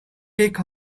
take